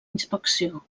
inspecció